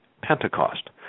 Pentecost